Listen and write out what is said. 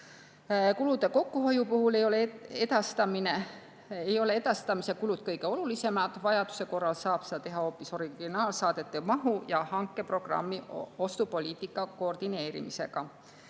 Kulude kokkuhoiu puhul ei ole edastamise kulud kõige olulisemad. Vajaduse korral saab seda teha hoopis originaalsaadete mahu ja hankeprogrammi ostupoliitika koordineerimisega.